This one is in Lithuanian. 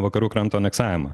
vakarų kranto aneksavimą